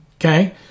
Okay